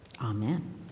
Amen